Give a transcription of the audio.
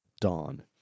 Dawn